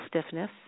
stiffness